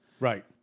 Right